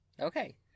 Okay